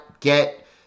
get